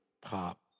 pop